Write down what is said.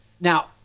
Now